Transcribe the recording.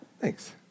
Thanks